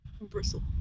Bristle